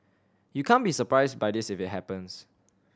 you can't be surprised by this if it happens